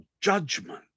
judgment